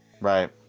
Right